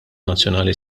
nazzjonali